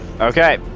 Okay